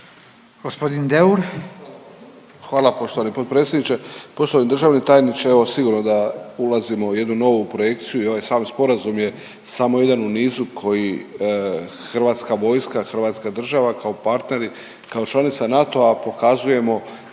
Hvala poštovani potpredsjedniče,